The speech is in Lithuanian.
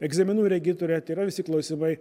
egzaminų regitroje tai yra visi klausimai